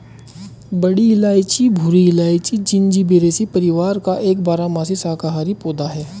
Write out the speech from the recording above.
बड़ी इलायची भूरी इलायची, जिंजिबेरेसी परिवार का एक बारहमासी शाकाहारी पौधा है